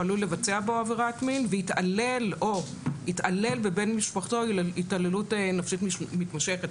עלול לבצע בו עבירת מין והתעלל בבן משפחתו התעללות נפשית מתמשכת".